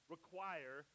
Require